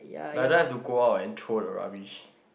like I don't have to go out and throw the rubbish